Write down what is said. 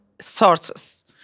sources